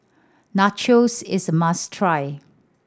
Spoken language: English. nachos is a must try